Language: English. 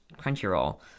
Crunchyroll